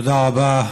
תודה רבה,